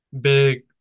big